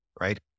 right